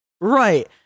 Right